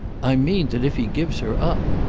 i mean that if he gives her up!